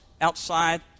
outside